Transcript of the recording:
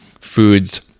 foods